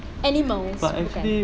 animals bukan